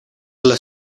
las